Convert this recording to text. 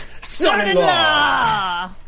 Son-in-Law